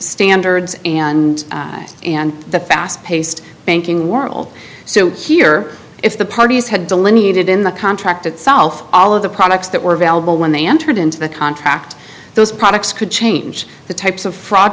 standards and and the fast paced banking world so here if the parties had delineated in the contract itself all of the products that were available when they entered into the contract those products could change the types of fraud